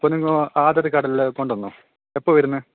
അപ്പോൾ നിങ്ങൾ ആധാർ കാർഡ് എല്ലാം കൊണ്ടുവന്നോ എപ്പോൾ വരുന്നത്